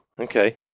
okay